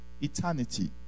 eternity